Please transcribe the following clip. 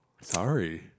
sorry